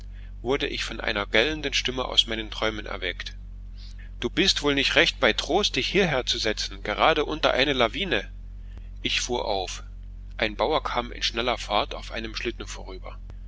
wurde ich von einer gellenden stimme aus meinen träumen geweckt du bist wohl nicht recht bei trost dich hierher zu setzen gerade unter eine lawine ich fuhr auf ein bauer kam in schneller fahrt auf einem schlitten vorüber